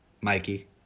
Mikey